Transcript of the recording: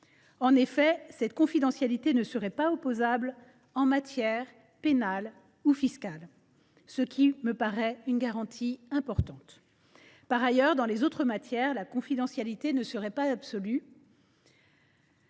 alléguée : cette confidentialité ne serait pas opposable en matière pénale ou fiscale, ce qui me paraît une garantie importante. En outre, dans les autres matières, la confidentialité ne sera pas absolue